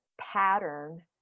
pattern